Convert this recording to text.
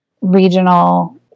regional